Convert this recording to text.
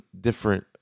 different